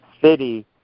city